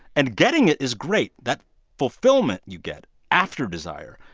and getting it is great. that fulfillment you get after desire,